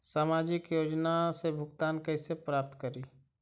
सामाजिक योजना से भुगतान कैसे प्राप्त करी?